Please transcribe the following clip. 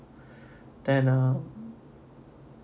then uh